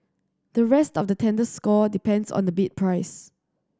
the rest of the tender score depends on the bid price